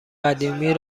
قدیمی